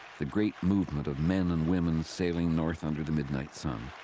the great movement of men and women sailing north under the midnight sun.